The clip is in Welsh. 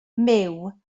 myw